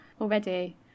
already